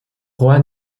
joan